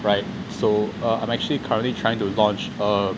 right so uh I'm actually currently trying to launch uh